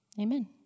amen